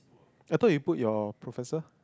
I thought you put your professor